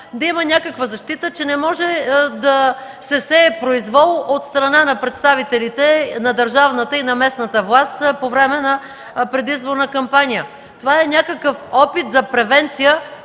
да има някаква защита, че не може да се сее произвол от страна на представителите на държавната и на местната власт по време на предизборна кампания. Това е някакъв опит за превенция